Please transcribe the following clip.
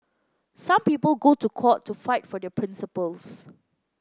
some people go to court to fight for their principles